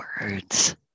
words